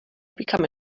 become